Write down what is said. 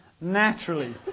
naturally